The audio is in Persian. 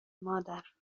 مادر